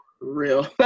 real